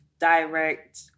direct